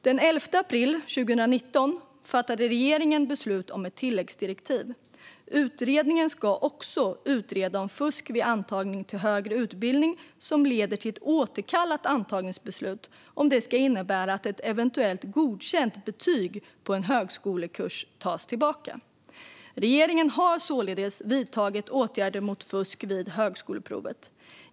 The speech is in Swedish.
Den 11 april 2019 fattade regeringen beslut om ett tilläggsdirektiv. Utredningen ska också utreda om fusk vid antagning till högre utbildning som leder till ett återkallat antagningsbeslut ska innebära att ett eventuellt godkänt betyg på en högskolekurs tas tillbaka. Regeringen har således vidtagit åtgärder mot fusk vid högskoleprovet.